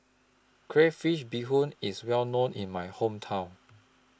Crayfish Beehoon IS Well known in My Hometown